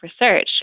research